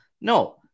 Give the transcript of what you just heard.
no